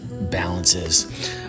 balances